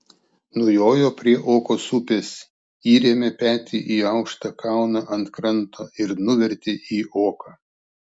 nujojo prie okos upės įrėmė petį į aukštą kalną ant kranto ir nuvertė į oką